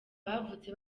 bavutse